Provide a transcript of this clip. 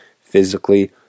physically